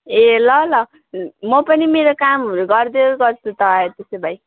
ए ल ल म पनि मेरो कामहरू गर्दै गर्छु त त्यसो भए